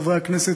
חברי הכנסת,